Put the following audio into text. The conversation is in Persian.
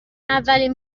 اولین